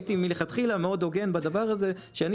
הייתי מלכתחילה מאוד הוגן בדבר הזה שאני